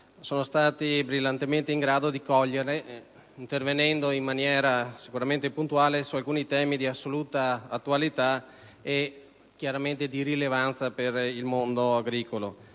sono stati brillantemente in grado di cogliere, intervenendo in maniera puntuale su alcuni temi di assoluta attualità e di rilevanza per il mondo agricolo